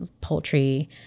poultry